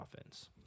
offense